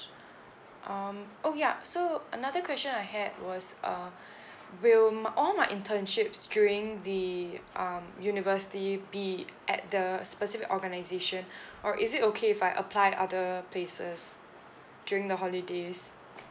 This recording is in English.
um oh ya so another question I had was uh will my all my internships during the um university be at the specific organisation or is it okay if I apply other places during the holidays